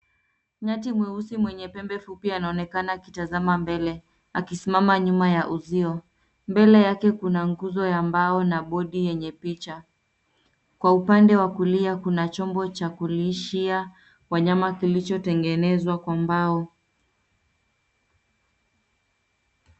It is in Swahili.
Nyati mweusi mwenye pembe fupi anaonekana akitazama mbele akisimama mbele ya uzio. Mbele yake kuna nguzo ya mbao na bodi yenye picha. Kwa upande wa kulia, kuna chombo cha kulishia wanyama kilichotengenezwa kwa mbao.